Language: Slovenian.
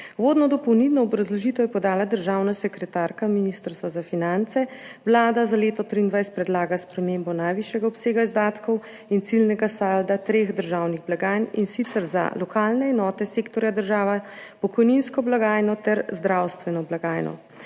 Uvodno dopolnilno obrazložitev je podala državna sekretarka Ministrstva za finance. Vlada za leto 2023 predlaga spremembo najvišjega obsega izdatkov in ciljnega salda treh državnih blagajn, in sicer za lokalne enote sektorja država, pokojninsko blagajno ter zdravstveno blagajno.